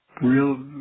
real